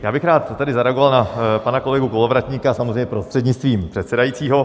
Já bych tady rád zareagoval na pana kolegu Kolovratníka, samozřejmě prostřednictvím předsedajícího.